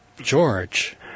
George